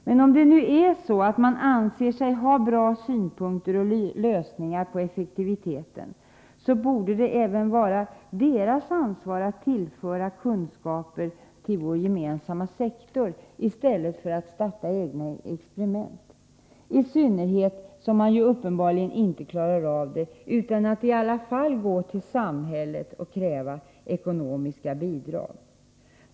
Men om det nu är så att man anser sig ha bra synpunkter och lösningar på effektiviteten, så borde det även vara deras ansvar att tillföra kunskaper till vår gemensamma sektor i stället för att starta egna experiment, i synnerhet som man ju uppenbarligen inte klarar av det utan att i alla fall gå till samhället och kräva ekonomiska bidrag.